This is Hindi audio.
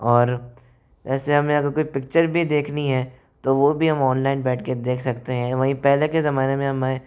और वैसे हमें अगर कोई पिक्चर भी देखनी है तो वो भी हम ऑनलाइन बैठ के देख सकते हैं वहीँ पहले के ज़माने में हमें